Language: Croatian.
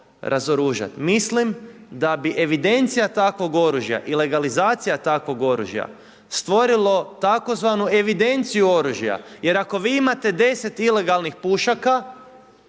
razoružati. Mislim da bi evidencija takvog oružja i legalizacija takvog oružja stvorilo tzv. evidenciju oružja. Jer ako vi imate 10 ilegalnih pušaka